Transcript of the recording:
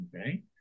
Okay